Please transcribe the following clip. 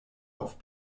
auf